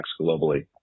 globally